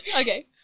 Okay